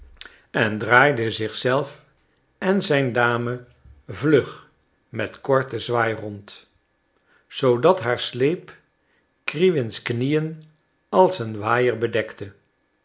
en draaide zichzelf en zijn dame vlug met korten zwaai rond zoodat haar sleep kriwins knieën als een waaier bedekte